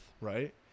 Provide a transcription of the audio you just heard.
right